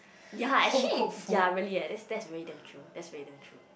ya actually ya really eh that's that's really damn true that's really damn true